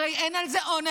הרי אין על זה עונש,